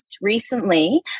recently